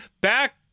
Back